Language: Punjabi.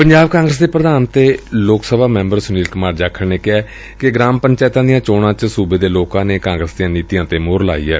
ਪੰਜਾਬ ਕਾਂਗਰਸ ਦੇ ਪ੍ਰਧਾਨ ਅਤੇ ਲੋਕ ਸਭਾ ਮੈਬਰ ਸੁਨੀਲ ਕੁਮਾਰ ਜਾਖੜ ਨੇ ਕਿਹੈ ਕਿ ਗਰਾਮ ਪੰਚਾਇਡਾ ਦੀਆਂ ਚੋਣਾਂ ਚ ਸੁਬੇ ਦੇ ਲੋਕਾਂ ਨੇ ਕਾਂਗਰਸ ਦੀਆਂ ਨੀਤੀਆਂ ਤੇ ਮੋਹਰ ਲਾਈ ਏ